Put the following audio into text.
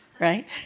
right